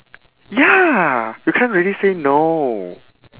ya you can't really say no